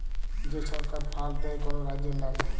যে ছরকার ফাল্ড দেয় কল রাজ্যের লামে